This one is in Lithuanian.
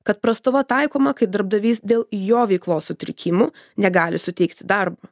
kad prastova taikoma kai darbdavys dėl jo veiklos sutrikimų negali suteikti darbo